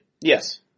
Yes